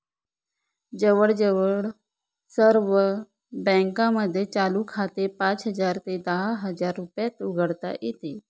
जवळजवळ सर्व बँकांमध्ये चालू खाते पाच हजार ते दहा हजार रुपयात उघडता येते